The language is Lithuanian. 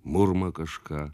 murma kažką